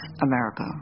America